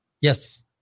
Yes